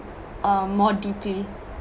um more deeply